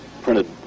printed